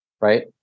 right